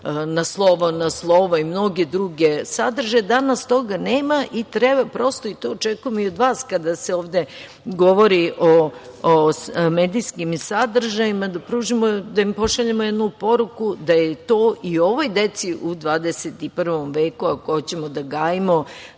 „Na slovo, na slovo“ i mnoge druge sadržaje. Danas toga nema i treba i to očekujem i od vas kada se ovde govori o medijskim sadržajima da im pošaljemo jednu poruku da je to i ovoj deci u 21. veku ako hoćemo da gajimo